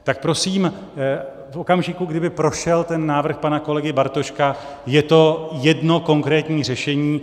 Tak prosím, v okamžiku, kdy by prošel návrh pana kolegy Bartoška, je to jedno konkrétní řešení.